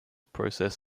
process